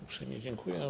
Uprzejmie dziękuję.